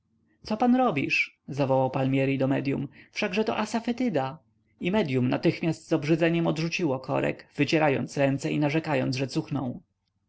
co pan robisz zawołał palmieri do medyum wszakże to asafetyda i medyum natychmiast z obrzydzeniem odrzuciło korek wycierając ręce i narzekając że cuchną